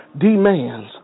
demands